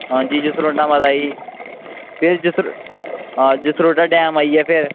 हां जी जसरोटा माता आई गेई फिर जसरोटा हां जसरोटा डैम आई गेआ फिर